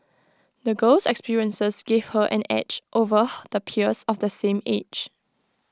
the girl's experiences gave her an edge over her the peers of the same age